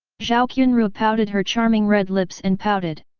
zhao qianru pouted her charming red lips and pouted.